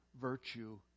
virtue